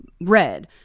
red